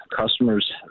Customers